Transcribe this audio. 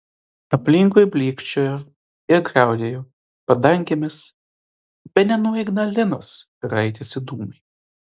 aplinkui blykčiojo ir griaudėjo padangėmis bene nuo ignalinos raitėsi dūmai